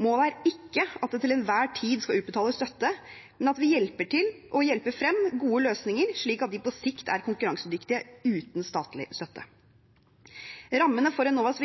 Målet er ikke at det til enhver tid skal utbetales støtte, men at vi hjelper til og hjelper frem gode løsninger, slik at de på sikt er konkurransedyktige uten statlig støtte. Rammene for Enovas